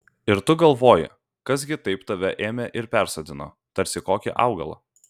ir tu galvoji kas gi taip tave ėmė ir persodino tarsi kokį augalą